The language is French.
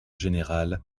général